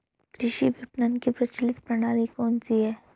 कृषि विपणन की प्रचलित प्रणाली कौन सी है?